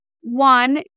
one